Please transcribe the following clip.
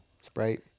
sprite